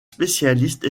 spécialiste